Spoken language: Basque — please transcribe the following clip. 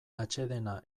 atsedena